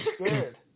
scared